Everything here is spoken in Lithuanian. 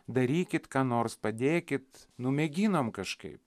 darykit ką nors padėkit nu mėginom kažkaip